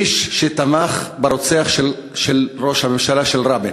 איש שתמך ברוצח של ראש הממשלה, של רבין,